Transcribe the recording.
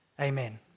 Amen